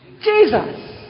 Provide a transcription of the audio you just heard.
Jesus